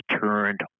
turned